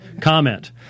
comment